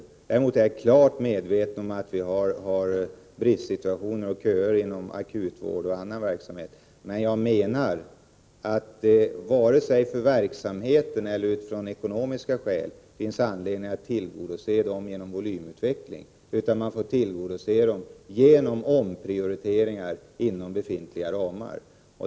Jag är naturligtvis klart medveten om att vi har bristsituationer och köer inom akutvård och annan verksamhet, men det finns inte — vare sig man ser det från verksamhetens synpunkt eller från ekonomisk synpunkt — anledning att tillgodose de behoven genom volymutveckling i sjukhusvården totalt. Dem får man tillgodose genom omprioriteringar inom befintliga ramar.